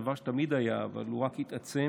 דבר שתמיד היה אבל הוא רק התעצם,